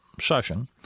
session